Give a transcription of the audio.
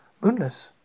Moonless